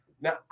Now